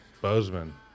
Bozeman